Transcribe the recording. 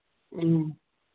ꯎꯝ